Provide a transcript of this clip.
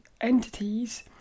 entities